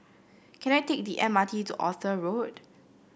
can I take the M R T to Arthur Road